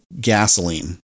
gasoline